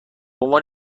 عنوان